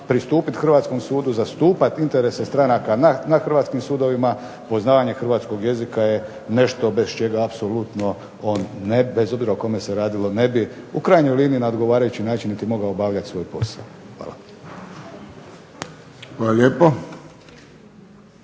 pristupiti hrvatskom sudu, zastupati interese stranaka na hrvatskim sudovima poznavanje hrvatskog jezika je nešto bez čega apsolutno on bez obzira o kome se radilo ne bi, u krajnjoj liniji na odgovarajući način niti mogao obavljati svoj posao. Hvala. **Friščić,